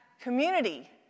community